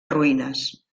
ruïnes